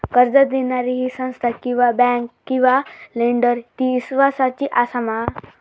कर्ज दिणारी ही संस्था किवा बँक किवा लेंडर ती इस्वासाची आसा मा?